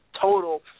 total